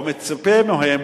או מצופה מהם,